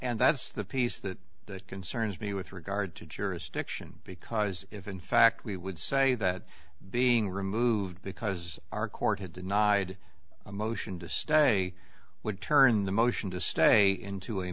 and that's the piece that concerns me with regard to jurisdiction because if in fact we would say that being removed because our court had denied a motion to stay would turn the motion to stay into a